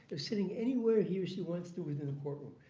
of sitting anywhere he or she wants to within the courtroom.